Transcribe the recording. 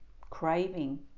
craving